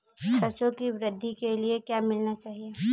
सरसों की वृद्धि के लिए क्या मिलाना चाहिए?